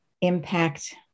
impact